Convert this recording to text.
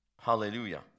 hallelujah